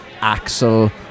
Axel